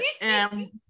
and-